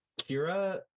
Kira